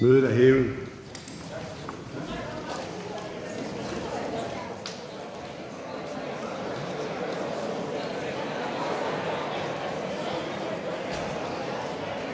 Mødet er hævet.